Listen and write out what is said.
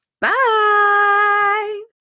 Bye